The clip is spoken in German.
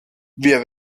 wir